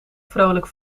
vrolijk